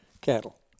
cattle